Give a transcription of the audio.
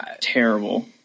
terrible